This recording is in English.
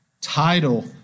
title